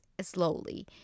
slowly